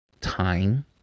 time